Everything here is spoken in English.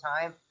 time